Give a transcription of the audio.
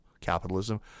capitalism